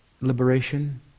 liberation